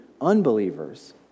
unbelievers